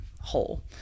whole